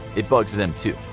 it bugs them, too,